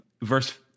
verse